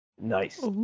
Nice